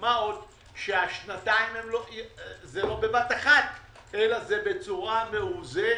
מה שעוד שהשנתיים האלה זה לא בבת אחת אלא זה בצורה מאוזנת,